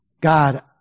God